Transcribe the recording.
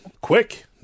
Quick